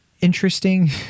interesting